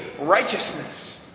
righteousness